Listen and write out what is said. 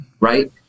right